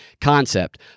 concept